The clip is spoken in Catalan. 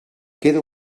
queda